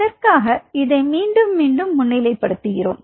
எதற்காக இதை மீண்டும் மீண்டும் முன்னிலை படுத்துகிறோம்